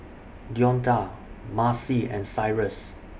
Deonta Macy and Cyrus